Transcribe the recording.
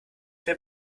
wer